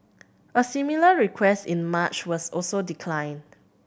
a similar request in March was also declined